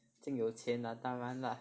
已经有钱啊当然啦